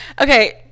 okay